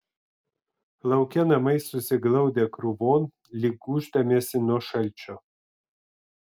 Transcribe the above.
lauke namai susiglaudę krūvon lyg gūždamiesi nuo šalčio